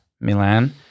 Milan